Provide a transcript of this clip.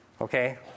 okay